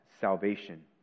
salvation